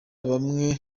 bamwe